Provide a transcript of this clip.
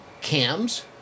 cams